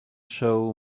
show